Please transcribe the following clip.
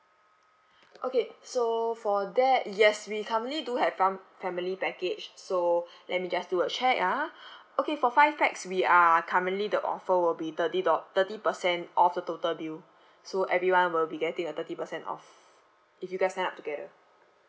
okay so for that yes we currently do have one family package so let me just do a check ah okay for five pax we are currently the offer will be thirty do~ thirty percent off the total bill so everyone will be getting a thirty percent off if you guys sign up together